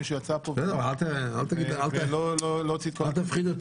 שמישהו יצא מפה ולא הוציא את כל עניינית.